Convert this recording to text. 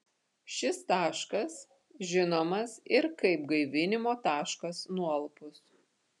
šis taškas žinomas ir kaip gaivinimo taškas nualpus